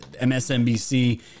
MSNBC